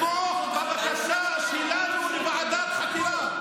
תתמוך בבקשה שלנו לוועדת חקירה.